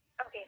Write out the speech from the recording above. Okay